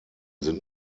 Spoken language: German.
sind